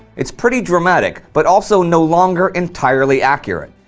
it's pretty dramatic, but also no longer entirely accurate.